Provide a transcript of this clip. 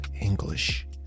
English